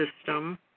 system